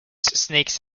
sneaks